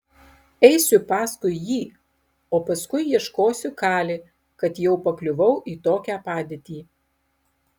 eisiu paskui jį o paskui ieškosiu kali kad jau pakliuvau į tokią padėtį